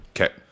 Okay